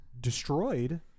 destroyed